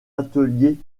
atelier